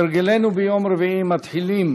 כהרגלנו ביום רביעי, מתחילים